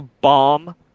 bomb